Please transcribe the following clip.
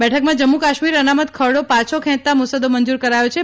બેઠકમાં જમ્મુ કાશ્મીર અનામત ખરડો પાછો ખેંચતો મુસદ્દો મંજૂર કરાયો છે